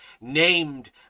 named